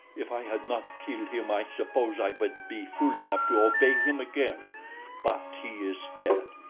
if i had not killed him, i suppose i would be fool enough to obey him again but he is dead.